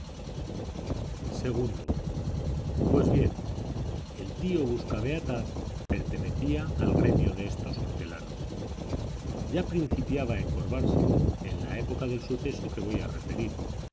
ii pues bien el tío buscabeatas pertenecía al gremio de estos hortelanos ya principiaba a encorvarse en la época del suceso que voy a referir